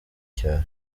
cyaro